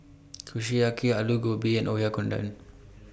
Kushiyaki Alu Gobi and Oyakodon